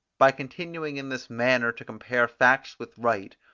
by continuing in this manner to compare facts with right,